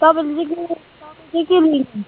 तपाईँले चाहिँ के तपाईँ चाहिँ के लिनुहुन्छ